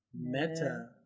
Meta